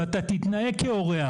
ואתה תתנהג כאורח,